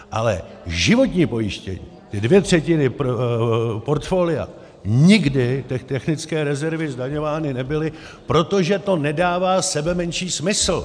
Ale životní pojištění, dvě třetiny portfolia, nikdy ty technické rezervy zdaňovány nebyly, protože to nedává sebemenší smysl.